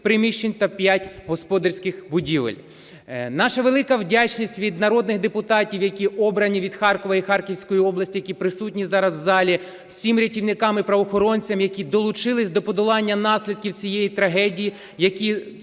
приміщень та 5 господарських будівель. Наша велика вдячність від народних депутатів, які обрані від Харкова і Харківської області, які присутні зараз у залі, всім рятівникам і правоохоронцям, які долучились до подолання наслідків цієї трагедії, які